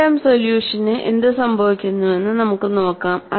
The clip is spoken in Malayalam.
മൂന്ന് ടേം സൊല്യൂഷന് എന്ത് സംഭവിക്കുമെന്ന് നമുക്ക് നോക്കാം